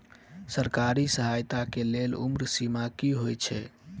सरकारी सहायता केँ लेल उम्र सीमा की हएत छई?